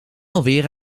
alweer